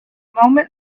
moment